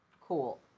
Cool